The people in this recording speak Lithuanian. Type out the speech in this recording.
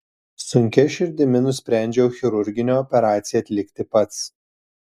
sunkia širdimi nusprendžiau chirurginę operaciją atlikti pats